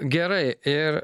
gerai ir